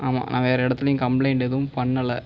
ஆமாம் நாங்கள் வேறு இடத்திலையும் கம்ப்ளைன்ட் எதுவும் பண்ணலை